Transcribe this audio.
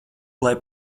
lai